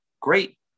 great